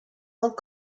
ans